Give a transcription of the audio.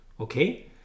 okay